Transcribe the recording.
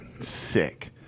sick